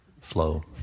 flow